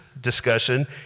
discussion